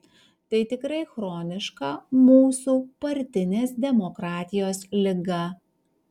tai tikrai chroniška mūsų partinės demokratijos liga